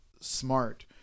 smart